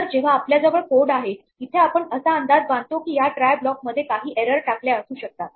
तर जेव्हा आपल्याजवळ कोड आहे इथे आपण असा अंदाज बांधतो की या ट्राय ब्लॉक मध्ये काही एरर टाकल्या असू शकतात